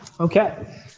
Okay